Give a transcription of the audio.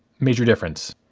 major difference.